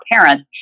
parents